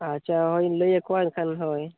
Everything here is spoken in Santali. ᱟᱪᱪᱷᱟ ᱦᱳᱭ ᱤᱧ ᱞᱟᱹᱭ ᱟᱠᱚᱣᱟᱹᱧ ᱮᱱᱠᱷᱟᱱ ᱦᱳᱭ